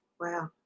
Wow